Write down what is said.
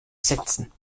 setzen